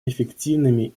эффективными